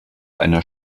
einer